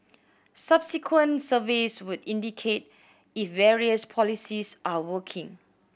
subsequent surveys would indicate if various policies are working